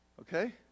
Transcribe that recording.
okay